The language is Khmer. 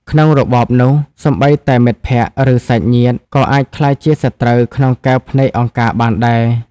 ក្នុងរបបនោះ សូម្បីតែមិត្តភក្តិ ឬសាច់ញាតិ ក៏អាចក្លាយជាសត្រូវក្នុងកែវភ្នែកអង្គការបានដែរ។